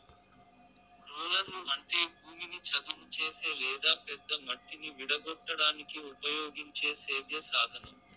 రోలర్లు అంటే భూమిని చదును చేసే లేదా పెద్ద మట్టిని విడగొట్టడానికి ఉపయోగించే సేద్య సాధనం